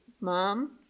Mom